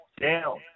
down